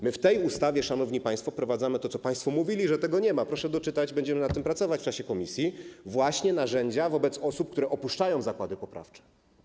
My w tej ustawie, szanowni państwo, wprowadzamy to, o czym państwo mówili, że tego nie ma - proszę doczytać, będziemy nad tym pracować w czasie posiedzeń komisji - właśnie narzędzia wobec osób, które opuszczają zakłady poprawcze.